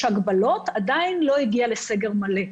יש הגבלות אבל היא עדיין לא הגיעה לסגר מלא.